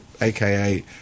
aka